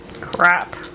Crap